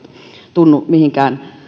tunnu mihinkään